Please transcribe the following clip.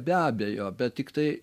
be abejo bet tiktai